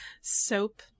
Soap